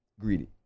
Greedy